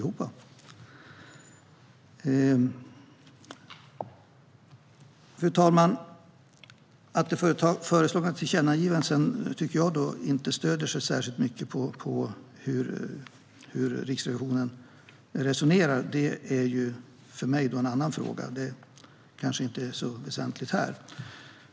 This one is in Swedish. Fru talman! Att de föreslagna tillkännagivandena sedan inte stöder sig särskilt mycket på hur Riksrevisionen resonerar är för mig en annan fråga. Det kanske inte är så väsentligt här.